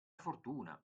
fortuna